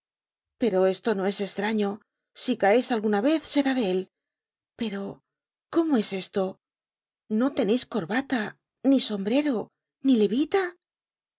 pero esto no es estraño si caeis alguna vez será de él pero cómo es esto no teneis corbata ni sombrero ni levita